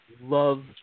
love